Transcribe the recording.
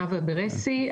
נאווה בראשי,